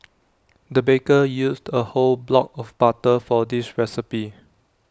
the baker used A whole block of butter for this recipe